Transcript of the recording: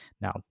now